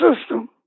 system